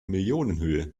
millionenhöhe